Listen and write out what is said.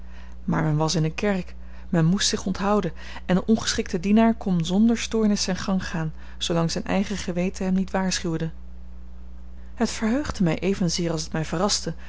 maar men was in eene kerk men moest zich onthouden en de ongeschikte dienaar kon zonder stoornis zijn gang gaan zoolang zijn eigen geweten hem niet waarschuwde het verheugde mij evenzeer als het mij verraste